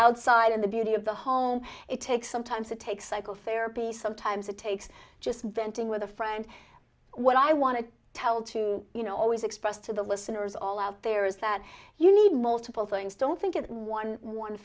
outside of the beauty of the home it takes sometimes it takes cycle fair piece sometimes it takes just venting with a friend what i want to tell to you know always express to the listeners all out there is that you need multiple things don't think of one one